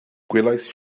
gwelais